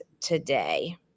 today